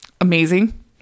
Amazing